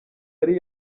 yari